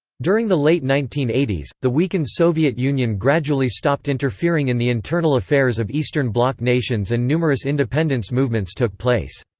during the late nineteen eighty s, the weakened soviet union gradually stopped interfering in the internal affairs of eastern bloc nations and numerous independence movements took place.